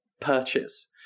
purchase